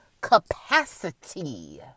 capacity